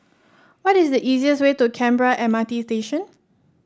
what is the easiest way to Canberra M R T Station